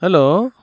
hello